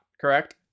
Correct